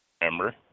remember